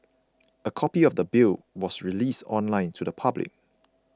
a copy of the Bill was released online to the public